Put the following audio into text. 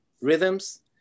rhythms